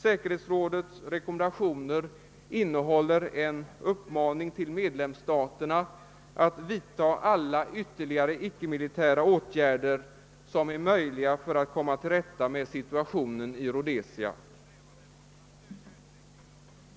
Säkerhetsrådets «rekommendationer innehåller en uppmaning till medlemsstaterna att vidta alla ytterligare ickemilitära åtgärder som är möjliga för att komma till rätta med situationen i Rhodesia.